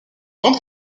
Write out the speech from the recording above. grande